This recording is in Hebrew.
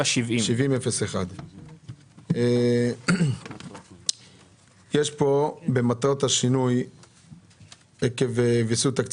07-70-01. כתוב כאן: במטרת השינוי עקב ויסות תקציב